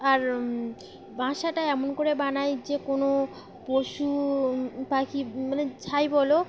আর বাঁসাটা এমন করে বানাই যে কোনো পশু পাখি মানে যাই বলো